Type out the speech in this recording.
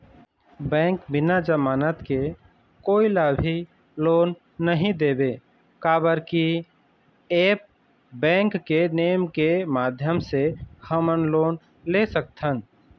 Bank बिना जमानत के कोई ला भी लोन नहीं देवे का बर की ऐप बैंक के नेम के माध्यम से हमन लोन ले सकथन?